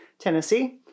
Tennessee